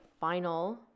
final